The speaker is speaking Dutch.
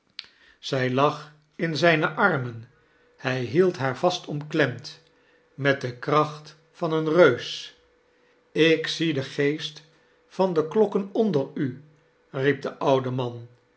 zij lag in zijne armen hij hield haar vast omklemd met de kracht van een reus ik zie den geest van de klokken onder u riep de oude man